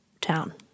town